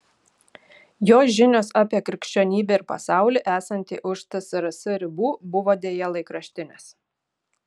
jo žinios apie krikščionybę ir pasaulį esantį už tsrs ribų buvo deja laikraštinės